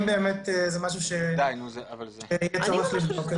אם באמת זה משהו שיהיה צורך לבדוק אז